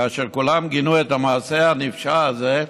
כאשר כולם גינו את המעשה הנפשע הזה,